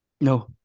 No